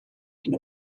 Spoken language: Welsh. hyn